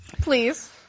Please